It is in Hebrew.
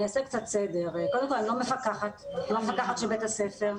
קודם כל, אני לא מפקחת של בית הספר.